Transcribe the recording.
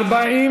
(תיקון,